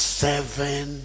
seven